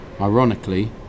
Ironically